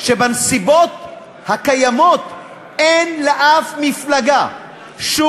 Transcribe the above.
שבנסיבות הקיימות אין לאף מפלגה שום,